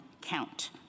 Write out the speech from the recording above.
count